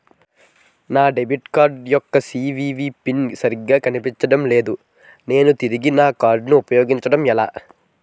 నా debit card యెక్క CVV PIN సరిగా కనిపించడం లేదు నేను తిరిగి నా కార్డ్ఉ పయోగించుకోవడం ఎలా?